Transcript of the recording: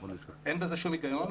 אין בזה שום הגיון,